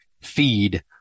feed